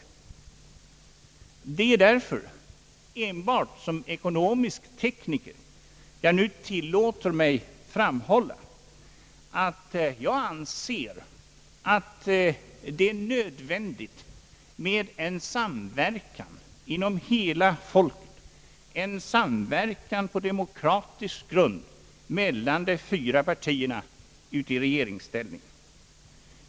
Det är därför enbart som ekonomisk tekniker som jag nu tillåter mig att framhålla att jag anser att det är nödvändigt med en samverkan inom hela folket. Det bör vara en samverkan på demokratisk grund mellan de fyra partierna. Den bör även sträcka sig till samverkan i regeringsställning.